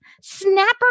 Snapper